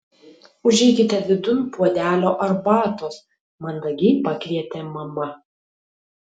užeikite vidun puodelio arbatos mandagiai pakvietė mama